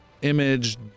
Image